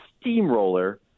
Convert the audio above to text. steamroller